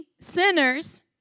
sinners